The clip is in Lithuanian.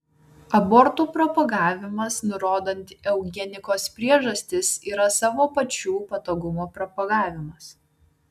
abortų propagavimas nurodant eugenikos priežastis yra savo pačių patogumo propagavimas